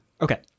Okay